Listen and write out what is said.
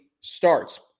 starts